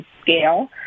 scale